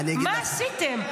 מה עשיתם?